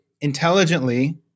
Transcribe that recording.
intelligently